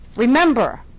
Remember